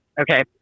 okay